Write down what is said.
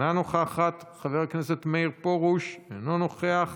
אינה נוכחת, חבר הכנסת מאיר פרוש, אינו נוכח,